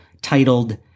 titled